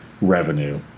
revenue